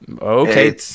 Okay